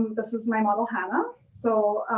this is my model, hannah. so,